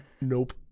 Nope